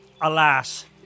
alas